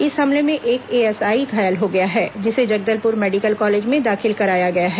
इस हमले में एक एएसआई घायल हो गया है जिसे जगदलपुर मेडिकल कॉलेज में दाखिल कराया गया है